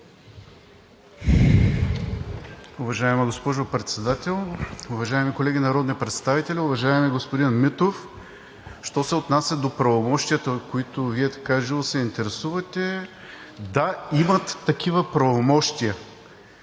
Уважаема госпожо Председател, уважаеми колеги народни представители! Уважаеми господин Митов, що се отнася до правомощията, от които Вие така живо се интересувате – да, имат такива правомощия,